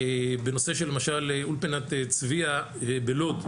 בנושא של למשל אולפנת "צביה" בלוד,